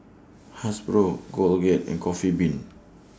Hasbro Colgate and Coffee Bean